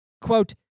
Quote